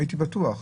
הייתי בטוח,